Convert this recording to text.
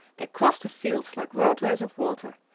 they cross the fields like roadways of water,